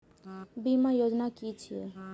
बीमा योजना कि छिऐ?